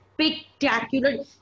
spectacular